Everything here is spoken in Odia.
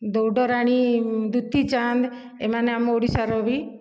ଦୌଡ ରାଣୀ ଦୁତୀ ଚାନ୍ଦ ଏମାନେ ଆମ ଓଡ଼ିଶାର ବି